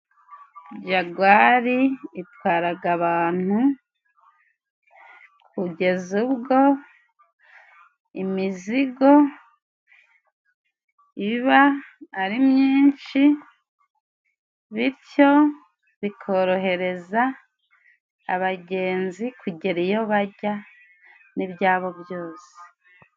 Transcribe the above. Jagwari itwaraga abantu kugeza ubwo imizigo iba ari myinshi, bityo bikorohereza abagenzi kugera iyo bajya n'ibyabo byose.